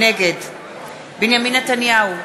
נגד בנימין נתניהו,